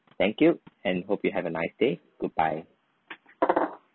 thank you and hope you have a nice day goodbye